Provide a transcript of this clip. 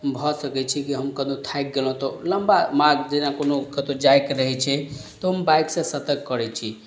भऽ सकय छी कि हम कतहु थाकि गेलहुँ तऽ लम्बा मार्ग जेना कोनो कतहु जाइके रहय छै तऽ हम बाइकसँ सफर करय छी